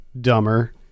dumber